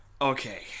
Okay